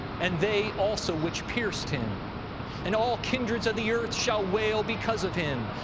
and they also which pierced him and all kindreds of the earth shall wail because of him.